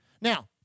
Now